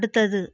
அடுத்தது